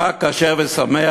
חג כשר ושמח